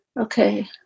Okay